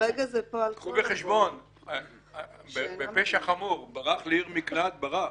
קחו בחשבון שבפשע חמור, אם ברח לעיר מקלט ברח.